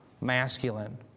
masculine